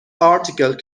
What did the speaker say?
article